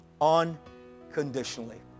unconditionally